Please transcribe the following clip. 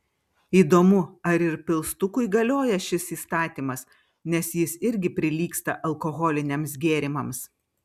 įdomu ar ir pilstukui galioja šis įstatymas nes jis irgi prilygsta alkoholiniams gėrimams